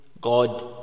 God